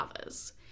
others